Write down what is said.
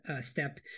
step